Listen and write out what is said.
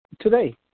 today